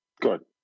Good